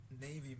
navy